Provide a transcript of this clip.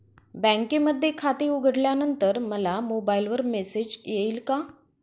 बँकेमध्ये खाते उघडल्यानंतर मला मोबाईलवर मेसेज येईल का?